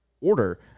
order